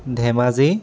Dhemaji